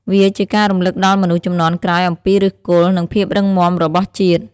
វាជាការរំលឹកដល់មនុស្សជំនាន់ក្រោយអំពីឫសគល់ និងភាពរឹងមាំរបស់ជាតិ។